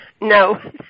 No